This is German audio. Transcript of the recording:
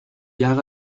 jahre